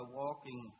walking